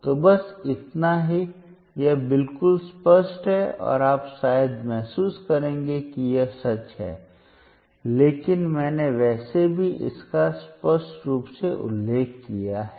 तो बस इतना ही यह बिल्कुल स्पष्ट है और आप शायद महसूस करेंगे कि यह सच है लेकिन मैंने वैसे भी इसका स्पष्ट रूप से उल्लेख किया है